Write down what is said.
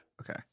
Okay